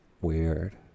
weird